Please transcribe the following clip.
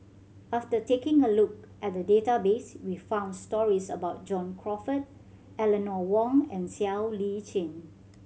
after taking a look at the database we found stories about John Crawfurd Eleanor Wong and Siow Lee Chin